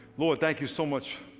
lord thank you so much